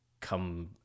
come